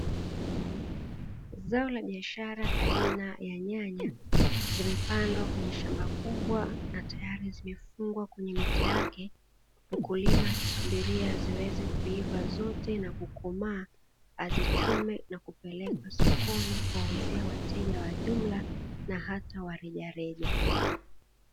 Zao la biashara aina ya nyanya, zimepandwa kwenye shamba kubwa na tayari zimefungwa kwenye miti yake; mkulima akisubiria ziweze kuiva zote na kukomaa, azichume na kupeleka sokoni kuwauzia wateja wa jumla na hata wa rejareja.